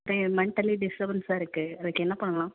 பிரே mentally டிஸ்டபன்ஸ்ஸாக இருக்குது அதுக்கு என்ன பண்ணலாம்